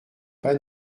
pas